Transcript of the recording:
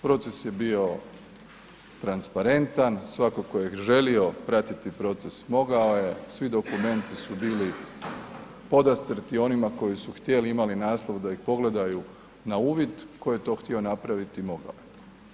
Proces je bio transparentan, svatko tko je želio pratiti proces, mogao je, svi dokumenti su bili podastrti onima koji su htjeli, imali ... da ih pogledaju na uvid, tko je to htio napraviti, mogao je.